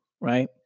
right